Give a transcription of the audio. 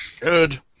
Good